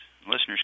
listeners